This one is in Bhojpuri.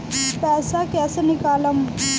पैसा कैसे निकालम?